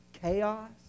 chaos